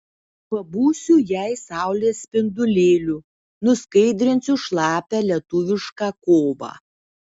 pabūsiu jai saulės spindulėliu nuskaidrinsiu šlapią lietuvišką kovą